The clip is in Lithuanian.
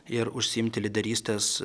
ir užsiimti lyderystės